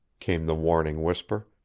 came the warning whisper,